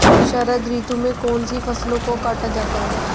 शरद ऋतु में कौन सी फसलों को काटा जाता है?